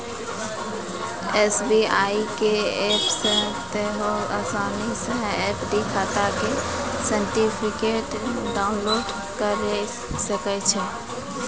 SBI के app से तोंहें असानी से एफ.डी खाता के सर्टिफिकेट डाउनलोड करि सकै छो